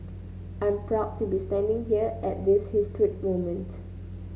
I'm proud to be standing here at this historic moment